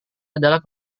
adalah